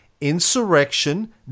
insurrection